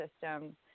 system